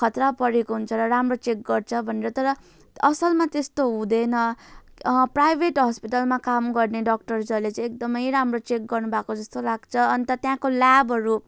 खत्रा पढेको हुन्छ र राम्रो चेक गर्छ भनेर तर असलमा त्यस्तो हुँदैन प्राइभेट हस्पिटलमा काम गर्ने डक्टर्सहरूले चाहिँ एकदमै राम्रो चेक गर्नुभएको जस्तो लाग्छ अन्त त्यहाँको ल्याबहरू